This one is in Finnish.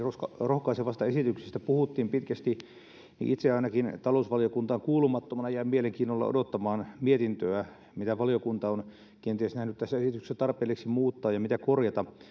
rohkaisevasta esityksestä puhuttiin pitkästi itse ainakin talousvaliokuntaan kuulumattomana jäin mielenkiinnolla odottamaan mietintöä mitä valiokunta on kenties nähnyt tässä esityksessä tarpeelliseksi muuttaa ja mitä korjata